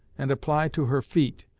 and apply to her feet,